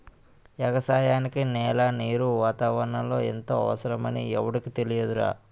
ఎగసాయానికి నేల, నీరు, వాతావరణం ఎంతో అవసరమని ఎవుడికి తెలియదురా